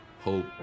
Hope